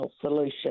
solution